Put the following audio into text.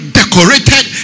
decorated